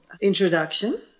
introduction